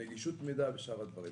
נגישות מידע ושאר הדברים.